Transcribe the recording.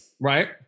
Right